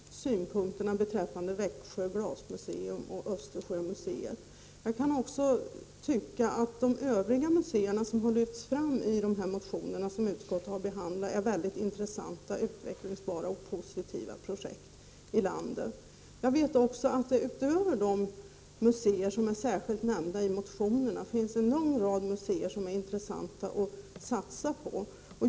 Herr talman! Jag instämmer i de framförda synpunkterna beträffande Växjö glasmuseum och Östersjömuseet. Man kan också tycka att de andra museer som har lyfts fram i de motioner som utskottet har behandlat är mycket intressanta och utvecklingsbara. Förutom de museer som har nämnts i motionerna finns det en lång rad museer som är intressanta att satsa på.